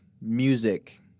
music